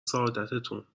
سعادتتون